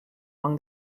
along